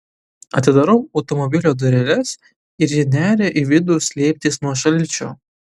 atidarau automobilio dureles ir ji neria į vidų slėptis nuo šalčio